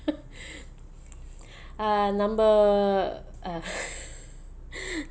uh number